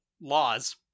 laws